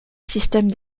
système